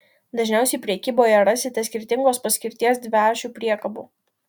dažniausiai prekyboje rasite skirtingos paskirties dviašių priekabų